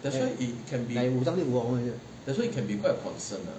like 五脏六腑这种东西